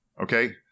Okay